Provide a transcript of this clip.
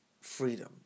freedom